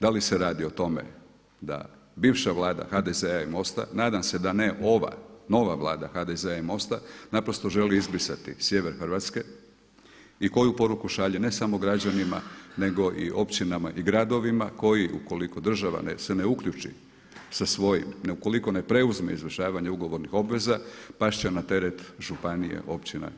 Da li se radi o tome da bivša vlada HDZ-a i MOST-a, nadam se da ne ova nova vlada HDZ-a i MOST-a naprosto želi izbrisati sjever Hrvatske i koju poruku šalje ne samo građanima nego i općinama i gradovima koji ukoliko ako država se ne uključi sa svojim, ukoliko ne preuzme izvršavanje ugovornih obveza past će na teret županije, općina i